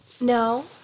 No